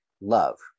love